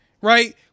Right